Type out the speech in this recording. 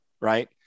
Right